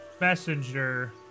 messenger